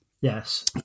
Yes